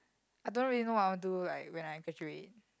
I don't really know what I want do like when I graduate